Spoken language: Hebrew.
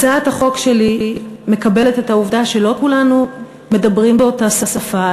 הצעת החוק שלי מקבלת את העובדה שלא כולנו מדברים באותה שפה,